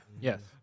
Yes